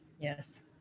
Yes